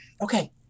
Okay